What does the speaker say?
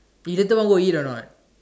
eh later want go eat or not